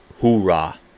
hoorah